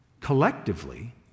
collectively